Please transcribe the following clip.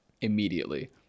immediately